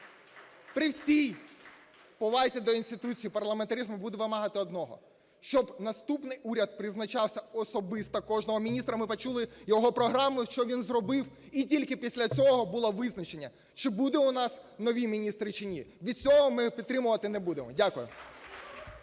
при всій повазі до інституції парламентаризму буде вимагати одного – щоб наступний уряд призначався... особисто кожного міністра ми почули його програму, що він зробив, і тільки після цього було визначення, чи будуть у нас нові міністри, чи ні. Без цього ми підтримувати не будемо. Дякую.